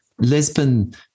Lisbon